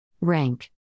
Rank